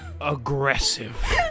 Aggressive